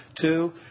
Two